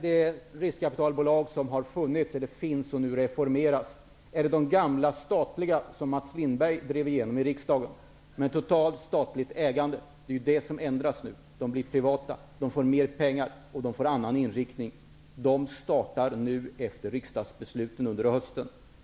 De riskkapitalbolag som finns och nu reformeras är de gamla statliga, som Mats Lindberg var med och drev igenom i riksdagen, med ett totalt statligt ägande. Det är detta som nu ändras. De blir privata, de får mer pengar, och de får en annan inriktning. De startar nu, efter riksdagsbesluten under hösten.